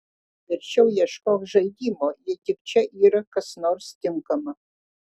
verčiau ieškok žaidimo jei tik čia yra kas nors tinkama